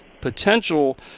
potential